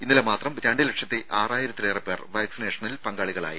ഇന്നലെ മാത്രം രണ്ട് ലക്ഷത്തി ആറായിരത്തിലേറെ പേർ വാക്സിനേഷനിൽ പങ്കാളികളായി